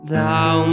Thou